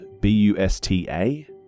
B-U-S-T-A